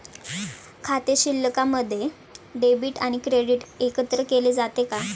खाते शिल्लकमध्ये डेबिट आणि क्रेडिट एकत्रित केले जातात का?